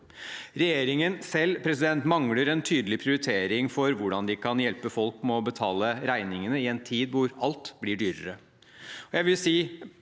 Regjeringen selv mangler en tydelig prioritering for hvordan de kan hjelpe folk med å betale regningene i en tid hvor alt blir dyrere.